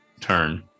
turn